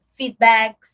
feedbacks